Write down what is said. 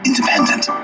Independent